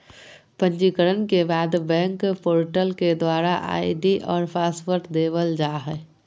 पंजीकरण के बाद बैंक पोर्टल के द्वारा आई.डी और पासवर्ड देवल जा हय